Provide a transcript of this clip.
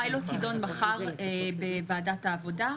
הפיילוט יידון מחר בוועדת העבודה,